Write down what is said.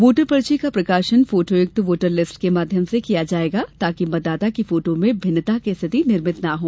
voter पर्ची का प्रकाशन फोटोयुक्त वोटर लिस्ट के माध्यम से किया जाएगा ताकि मतदाता की फोटो में भिन्नता की स्थिति निर्मित न हो